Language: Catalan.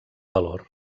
valor